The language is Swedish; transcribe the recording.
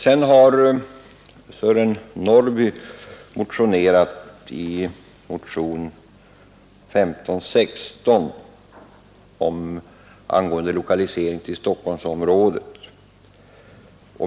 Herr Sören Norrby har väckt motionen 1516 angående omlokalisering inom Stockholmsområdet.